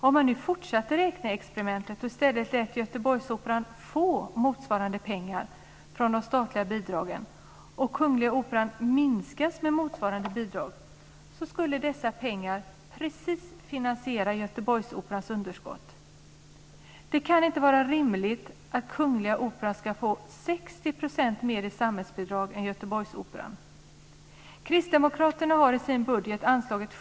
Om man fortsatte räkneexemplet och i stället lät Göteborgsoperan få motsvarande pengar från de statliga bidragen och lät bidraget till Kungliga Operan minskas med motsvarande belopp skulle dessa pengar precis finansiera Göteborgsoperans underskott. Det kan inte vara rimligt att Kungliga Operan ska få 60 % mer i samhällsbidrag än Göteborgsoperan!